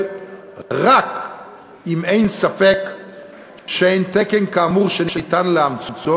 רק אם אין ספק שאין תקן כאמור שניתן לאמצו,